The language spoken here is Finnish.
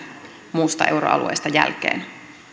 muusta euroalueesta jälkeen